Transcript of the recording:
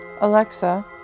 Alexa